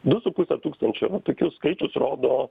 du su puse tūkstančio va tokius skaičius rodo